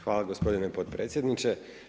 Hvala gospodine potpredsjedniče.